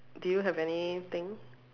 do you have anything